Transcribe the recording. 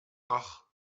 ach